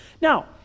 Now